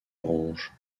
orange